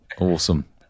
Awesome